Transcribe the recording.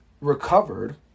recovered